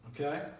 okay